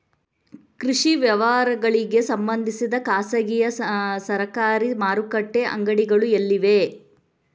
ಕೃಷಿ ವ್ಯವಹಾರಗಳಿಗೆ ಸಂಬಂಧಿಸಿದ ಖಾಸಗಿಯಾ ಸರಕಾರಿ ಮಾರುಕಟ್ಟೆ ಅಂಗಡಿಗಳು ಎಲ್ಲಿವೆ?